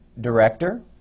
director